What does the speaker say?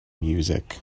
music